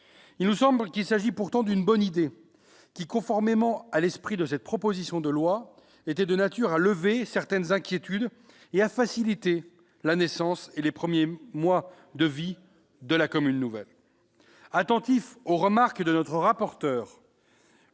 Il nous semble qu'il s'agissait pourtant d'une bonne idée, qui, conformément à l'esprit de cette proposition de loi, était de nature à lever certaines inquiétudes et à faciliter la naissance et les premiers mois de vie d'une commune nouvelle.